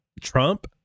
Trump